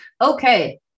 Okay